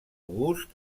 gust